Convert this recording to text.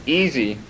easy